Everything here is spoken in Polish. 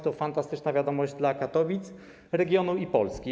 To fantastyczna wiadomość dla Katowic, regionu i Polski.